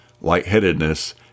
lightheadedness